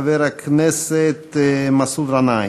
חבר הכנסת מסעוד גנאים.